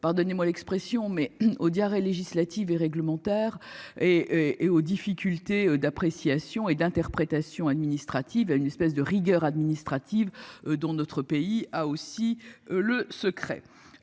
Pardonnez-moi l'expression mais oh diarrhée législative et réglementaire et et aux difficultés d'appréciation et d'interprétations administratives à une espèce de rigueur administrative dont notre pays a aussi le secret.